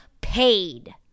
paid